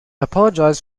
apologize